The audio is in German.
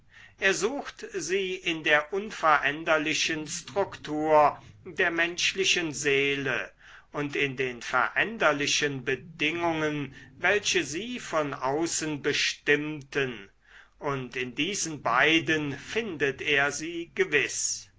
er sucht sie in der unveränderlichen struktur der menschlichen seele und in den veränderlichen bedingungen welche sie von außen bestimmten und in diesen beiden findet er sie gewiß